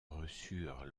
reçurent